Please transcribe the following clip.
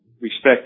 respect